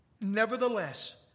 Nevertheless